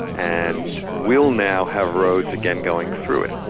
and will now have roads again going through it.